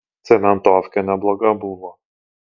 cementofkė nebloga buvo